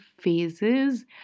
phases